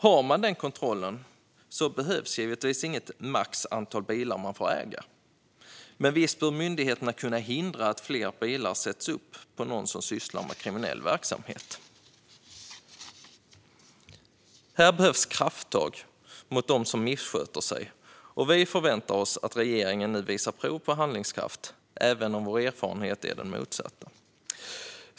Har man den kontrollen behövs givetvis inget maxantal bilar man får äga, men visst bör myndigheterna kunna hindra att fler bilar sätts upp på någon som sysslar med kriminell verksamhet. Här behövs krafttag mot dem som missköter sig. Vi förväntar oss att regeringen nu visar prov på handlingskraft, även om vår erfarenhet är den motsatta.